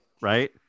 right